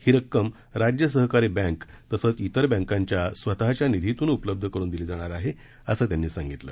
ही रक्कम राज्य सहकारी बँक तसंच इतर बँकांच्या स्वतच्या निधीतृन उपलब्ध करून दिली जाणार असल्याचं त्यांनी सांगितलं